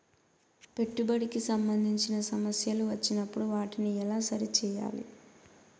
పెట్టుబడికి సంబంధించిన సమస్యలు వచ్చినప్పుడు వాటిని ఎలా సరి చేయాలి?